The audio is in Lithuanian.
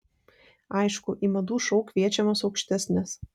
aišku į madų šou kviečiamos aukštesnės